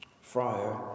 friar